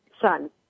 son